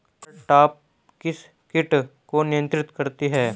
Cartap किस किट को नियंत्रित करती है?